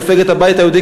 מפלגת הבית היהודי,